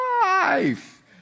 life